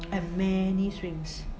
have many swings